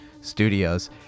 Studios